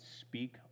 speak